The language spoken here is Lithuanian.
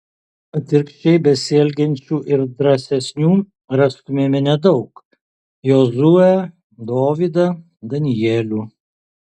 atvirkščiai besielgiančių ir drąsesnių rastumėme nedaug jozuę dovydą danielių